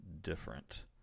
different